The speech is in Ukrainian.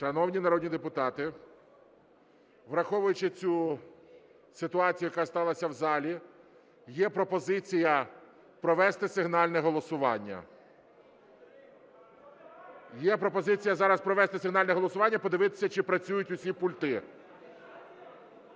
Шановні народні депутати, враховуючи цю ситуацію, яка сталася в залі, є пропозиція провести сигнальне голосування. Є пропозиція провести зараз сигнальне голосування, подивитись, чи працюють всі пульти.